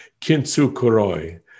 kintsukuroi